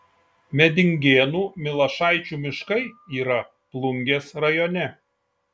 medingėnų milašaičių miškai yra plungės rajone